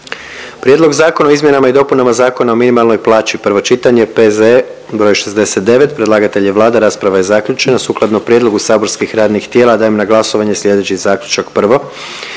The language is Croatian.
Prijedlog Zakona o izmjenama i dopunama Zakona o osiguranju, prvo čitanje, P.Z.E. broj 66. Predlagatelj je Vlada, rasprava je zaključena. Sukladno prijedlogu saborskih radnih tijela dajem na glasovanje slijedeći zaključak. Prvo,